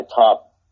top